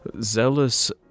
Zealous